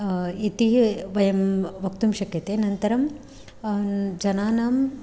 इति वयं वक्तुं शक्यते अनन्तरं जनानां